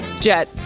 Jet